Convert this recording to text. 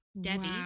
debbie